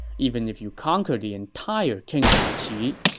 even if you conquered the entire kingdom of qi,